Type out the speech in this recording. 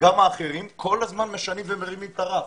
גם האחרים, כל הזמן משנים ומרימים את הרף.